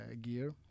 gear